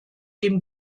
dem